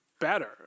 better